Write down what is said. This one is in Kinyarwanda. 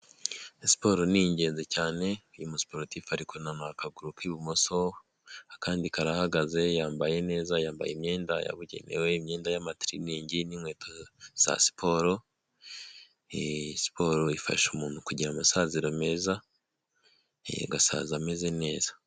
Siporo ni ingenzi cyane uyu musiporutifu arikunanura akaguru k'ibumoso akandi karahagaze yambaye neza yambaye imyenda yabugenewe imyenda y'amatiriningi n'inkweto za siporo. Siporo ifasha umuntu kugira amasaziro meza agasaza ameze neza.